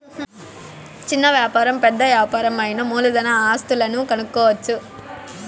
చిన్న వ్యాపారం పెద్ద యాపారం అయినా మూలధన ఆస్తులను కనుక్కోవచ్చు